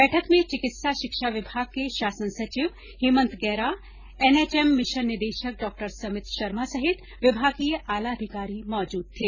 बैठक में चिकित्सा शिक्षा विभाग के शासन सचिव हेमंत गैरा एनएचएम मिशन निदेशक डॉ समित शर्मा सहित विभागीय आला अधिकारी मौजूद थे